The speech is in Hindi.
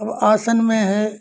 अब आसन में है